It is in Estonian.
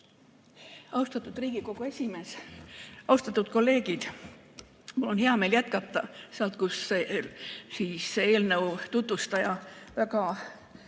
Austatud Riigikogu esimees! Austatud kolleegid! Mul on hea meel jätkata sealt, kus eelnõu tutvustaja väga